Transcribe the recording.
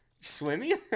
swimming